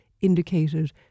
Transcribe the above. indicated